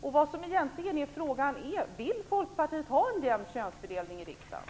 Frågan är egentligen om Folkpartiet vill ha en jämn könsfördelning i riksdagen.